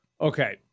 Okay